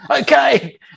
okay